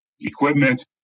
equipment